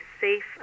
safe